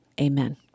Amen